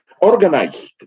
organized